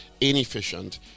inefficient